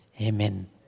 Amen